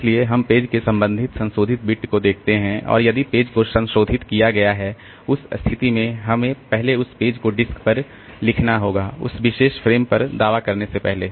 इसलिए हम पेज के संबंधित संशोधित बिट को देखते हैं और यदि पेज को संशोधित किया गया है उस स्थिति में हमें पहले उस पेज को डिस्क पर लिखना होगा उस विशेष फ्रेम पर दावा करने से पहले